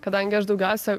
kadangi aš daugiausia